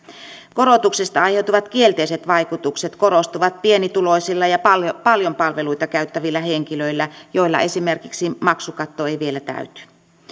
korotuksista aiheutuvat kielteiset vaikutukset korostuvat pienituloisilla ja paljon paljon palveluita käyttävillä henkilöillä joilla esimerkiksi maksukatto ei vielä täyty